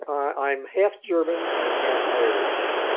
i'm half german and half irish.